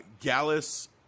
Gallus